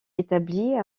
établie